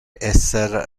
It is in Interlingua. esser